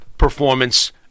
performance